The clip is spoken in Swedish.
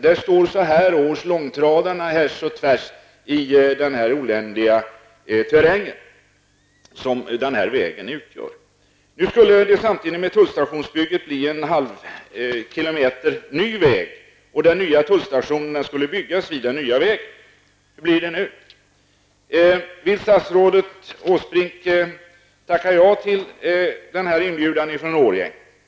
Där står så här års långtradarna härs och tvärs i den oländiga terräng som denna väg utgör. Det skulle samtidigt med tullstationsbygget bli en halv kilometer ny väg, och den nya tullstationen skulle byggas vid den nya vägen. Hur blir det nu? Vill statsrådet Åsbrink tacka ja till denna inbjudan från Årjäng?